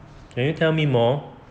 can you tell me more